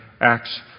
acts